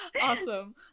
Awesome